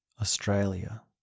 Australia